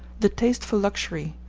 the taste for luxury,